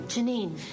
Janine